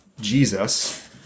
Jesus